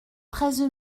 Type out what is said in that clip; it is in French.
treize